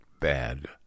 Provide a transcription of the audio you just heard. bad